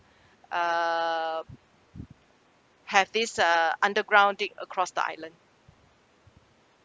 uh have this uh underground dig across the island